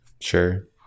Sure